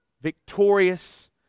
victorious